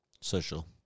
Social